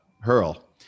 hurl